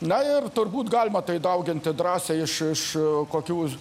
na ir turbūt galima tai dauginti drąsiai iš iš kokių